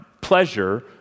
pleasure